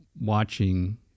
watching